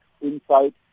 inside